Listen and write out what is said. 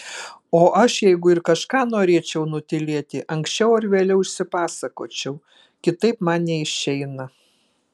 o aš jeigu ir kažką norėčiau nutylėti anksčiau ar vėliau išsipasakočiau kitaip man neišeina